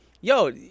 Yo